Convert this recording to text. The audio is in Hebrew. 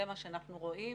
זה מה שאנחנו רואים.